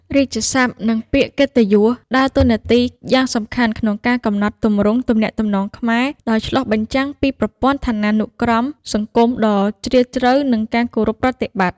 រាជសព្ទ និងពាក្យកិត្តិយសដើរតួនាទីយ៉ាងសំខាន់ក្នុងការកំណត់ទម្រង់ទំនាក់ទំនងខ្មែរ ដោយឆ្លុះបញ្ចាំងពីប្រព័ន្ធឋានានុក្រមសង្គមដ៏ជ្រាលជ្រៅ និងការគោរពប្រតិបត្តិ។